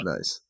Nice